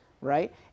Right